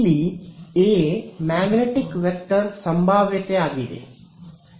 ಇಲ್ಲಿ a magnetic vector ಸಂಭಾವ್ಯತೆಯಾಗಿದೆ